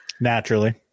naturally